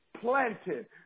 planted